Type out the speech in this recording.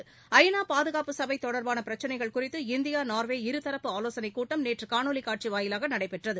ERNET ஐ நா பாதுகாப்பு சபை தொடர்பானபிரச்னைகள் குறித்து இந்தியாநார்வே இருதரப்பு ஆலோசனைக் கூட்டம் நேற்றுகாணொலிகாட்சிவாயிலாகநடைபெற்றது